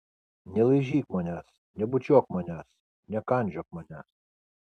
nelaižyk manęs nebučiuok manęs nekandžiok manęs